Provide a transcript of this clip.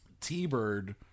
T-Bird